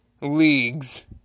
leagues